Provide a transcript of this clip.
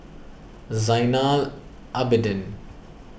Zainal Abidin